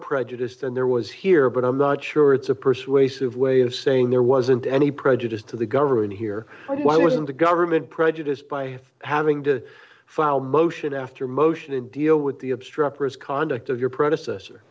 prejudiced and there was here but i'm not sure it's a persuasive way of saying there wasn't any prejudice to the government here but why wasn't the government prejudiced by having to file a motion after motion to deal with the obstreperous conduct of your predecessor